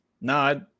No